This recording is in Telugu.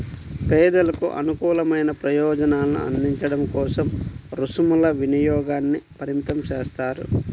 పేదలకు అనుకూలమైన ప్రయోజనాలను అందించడం కోసం రుసుముల వినియోగాన్ని పరిమితం చేస్తారు